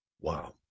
Wow